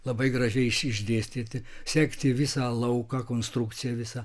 labai gražiai iš išdėstyti sekti visą lauką konstrukciją visą